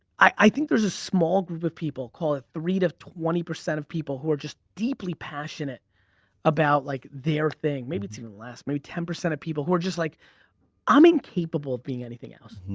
i think there's a small group of people, call it three to twenty percent of people who are just deeply passionate about like their thing. maybe it's even less, maybe ten percent of people who are just like i'm incapable of being anything else.